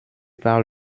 par